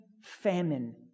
famine